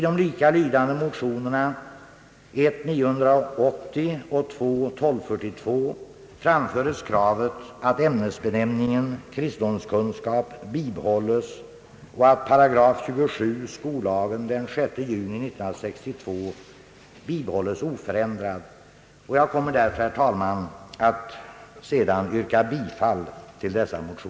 Jag kommer därför, herr talman, att yrka bifall till dessa motioner. Nilsson, Nils,